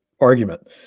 argument